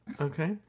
Okay